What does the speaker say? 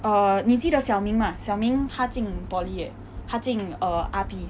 err 你记得 xiao ming 吗 xiao ming 他进 poly eh 他进 err R_P